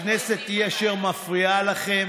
הכנסת היא אשר מפריעה לכם?